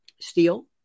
steel